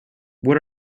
what